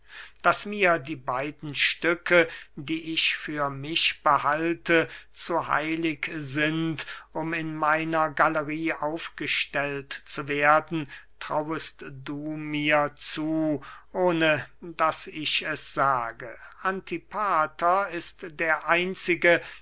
daß mir die beiden stücke die ich für mich behalte zu heilig sind um in meiner galerie aufgestellt zu werden trauest du mir zu ohne daß ich es sage antipater ist der einzige